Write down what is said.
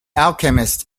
alchemist